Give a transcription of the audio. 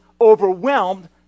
overwhelmed